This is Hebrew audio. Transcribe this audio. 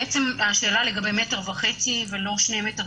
השאלה לגבי מטר וחצי ולא שני מטר,